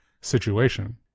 situation